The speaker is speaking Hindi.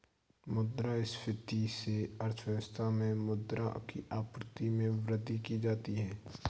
मुद्रा संस्फिति से अर्थव्यवस्था में मुद्रा की आपूर्ति में वृद्धि की जाती है